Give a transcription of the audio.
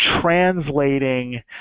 translating